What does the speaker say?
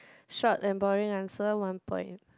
short and boring answer one point